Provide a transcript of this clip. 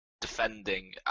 defending